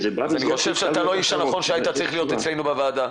אז אני חושב שאתה לא האיש הנכון שהיה צריך להיות אצלנו בוועדה.